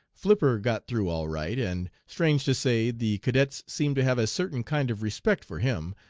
flipper got through all right, and, strange to say, the cadets seem to have a certain kind of respect for him,